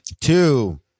two